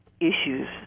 issues